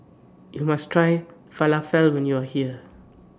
YOU must Try Falafel when YOU Are here